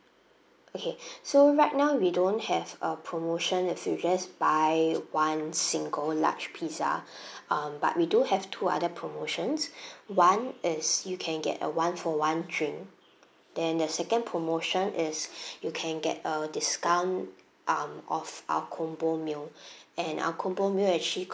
okay so right now we don't have a promotion if you just buy one single large pizza um but we do have two other promotions one is you can get a one for one drink then the second promotion is you can get a discount um of our combo meal and our combo meal actually